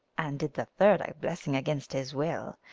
and did the third a blessing against his will.